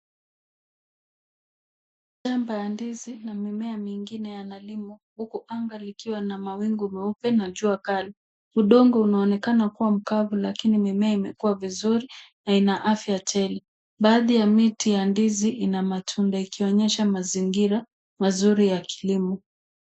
Mashamba ya ndizi na mimea mingine yanalimwa, huku anga likiwa na mawingu meupe na jua kali. Udongo unaonekana kuwa mkavu lakini mimea imekuwa vizuri na ina afya tele. Baadhi ya miti ya ndizi ina matunda ikionyesha mazingira mazuri ya kilimo.